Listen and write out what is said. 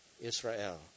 Israel